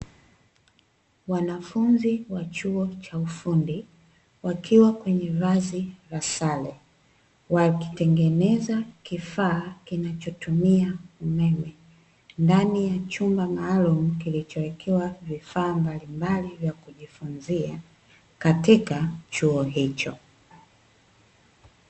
Wanafunzi wa chuo cha ufundi wakiwa kwenye vazi la sale wakitengeneza kifaa kinachotumia umeme ndani ya chumba maalum kilichowekewa vifaa mbalimbali vya kujifunzia katika chuo hicho.